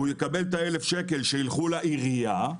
יקבל את האלף שקל שילכו לעירייה.